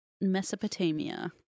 Mesopotamia